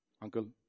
uncle